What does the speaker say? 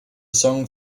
song